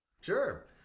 Sure